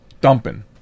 dumping